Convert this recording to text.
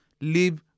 live